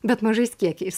bet mažais kiekiais